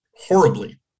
horribly